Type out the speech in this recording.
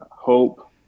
hope